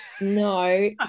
no